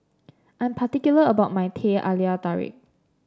I'm particular about my Teh Halia Tarik